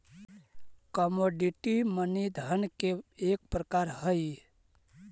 commodity money धन के एक प्रकार हई